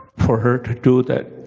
for her to do that